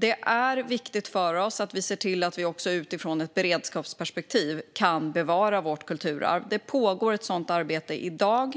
Det är viktigt för oss att vi ser till att vi också utifrån ett beredskapsperspektiv kan bevara vårt kulturarv. Ett sådant arbete pågår i dag.